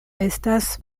estas